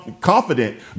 confident